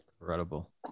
Incredible